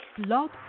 Love